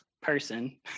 person